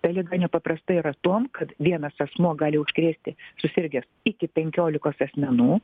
ta liga nepaprasta yra tuom kad vienas asmuo gali užkrėsti susirgęs iki penkiolikos asmenų